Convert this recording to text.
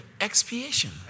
Expiation